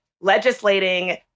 legislating